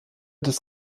des